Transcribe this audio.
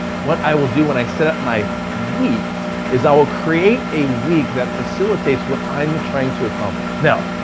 what i will do when i set up my week is i will create a week that facilitates what i'm trying to accomplish. now,